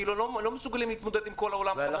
לא מסוגלים להתמודד עם כל העולם כמוך וכמוני.